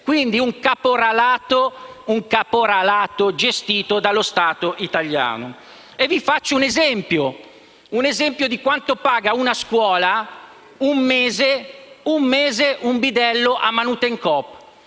di un caporalato gestito dallo Stato italiano. Faccio un esempio di quanto paga una scuola un bidello a Manutencoop: